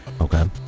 Okay